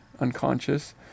unconscious